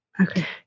okay